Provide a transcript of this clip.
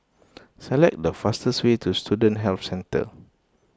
select the fastest way to Student Health Centre